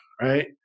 right